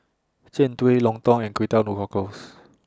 Jian Dui Lontong and Kway Teow Lockgles